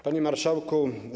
Panie Marszałku!